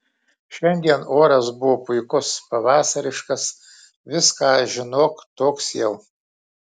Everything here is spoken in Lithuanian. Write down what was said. šiandien oras buvo puikus pavasariškas viską žinok toks jau